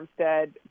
Armstead